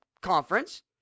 conference